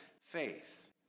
faith